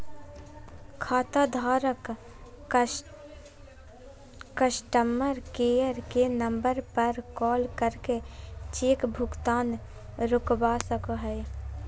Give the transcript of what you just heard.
खाताधारक customer care के number पर कॉल करके चेक भुगतान रोकवा सको हय